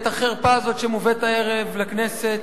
את החרפה הזאת שמובאת הערב לכנסת